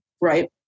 Right